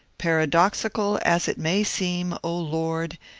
paradoxical as it may seem, o lord,